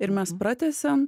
ir mes pratęsiam